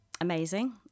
amazing